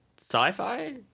sci-fi